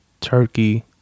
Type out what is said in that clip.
turkey